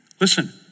Listen